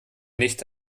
nicht